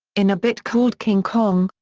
in a bit called king kong,